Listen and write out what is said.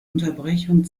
unterbrechungen